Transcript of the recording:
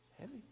Heavy